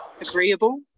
agreeable